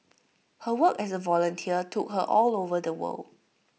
her work as A volunteer took her all over the world